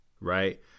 right